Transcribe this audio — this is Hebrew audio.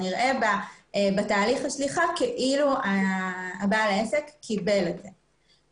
נראה בתהליך השליחה כאילו בעל העסק קיבל את זה.